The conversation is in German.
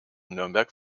nürnberg